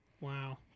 Wow